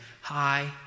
hi